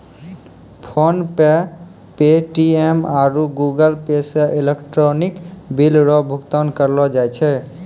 PhonePe Paytm आरु Google Pay से electronic bill रो भुगतान करलो जाय छै